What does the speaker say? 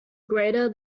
greater